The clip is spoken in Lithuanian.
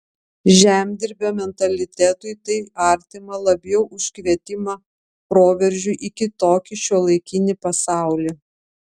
žemdirbio mentalitetui tai artima labiau už kvietimą proveržiui į kitokį šiuolaikinį pasaulį